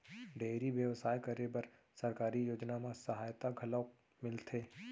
dairy बेवसाय करे बर सरकारी योजना म सहायता घलौ मिलथे